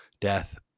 death